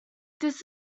this